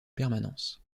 permanence